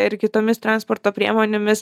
ir kitomis transporto priemonėmis